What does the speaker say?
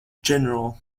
general